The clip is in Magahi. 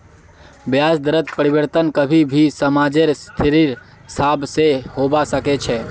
ब्याज दरत परिवर्तन कभी भी समाजेर स्थितिर हिसाब से होबा सके छे